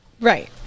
Right